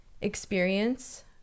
experience